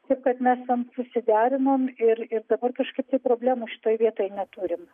taip kad mes ten susiderinom ir ir dabar kažkaip tai problemų šitoj vietoj neturim